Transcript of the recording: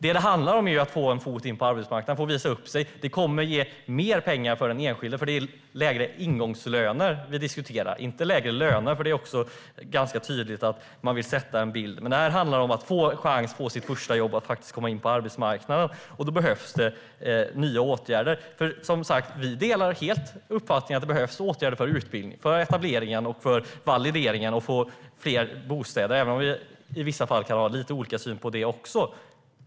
Man måste ju få in en fot på arbetsmarknaden och visa upp sig. Det kommer att ge mer pengar för den enskilde. Vi diskuterar lägre ingångslöner, inte lägre löner. Det är tydligt att man vill måla upp en bild av det. Men det här handlar om att få en chans att genom sitt första jobb komma in på arbetsmarknaden. Då behövs det nya åtgärder. Vi delar helt uppfattningen att det behövs åtgärder för utbildning, för etablering och för validering och för att få fler bostäder, även om vi i vissa fall kan ha lite olika syn också på det.